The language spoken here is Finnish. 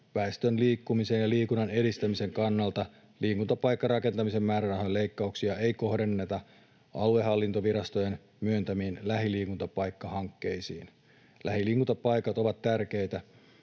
väestön liikkumisen ja liikunnan edistämisen kannalta liikuntapaikkarakentamisen määrärahaleikkauksia ei kohdenneta aluehallintovirastojen myöntämiin lähiliikuntapaikkahankkeisiin. Lähiliikuntapaikat ovat tärkeitä